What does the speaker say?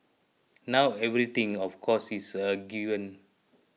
not everything of course is a given